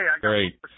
Great